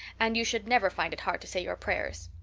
and you should never find it hard to say your prayers.